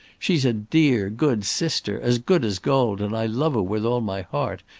she's a dear, good sister, as good as gold, and i love her with all my heart,